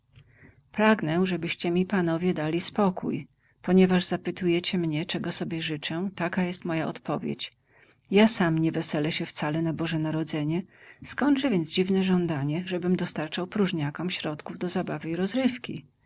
pragnę żebyście mi panowie dali pokój ponieważ zapytujecie mnie czego sobie życzę taka jest moja odpowiedź ja sam nie weselę się wcale na boże narodzenie skądże więc dziwne żądanie żebym dostarczał próżniakom środków do zabawy i rozrywki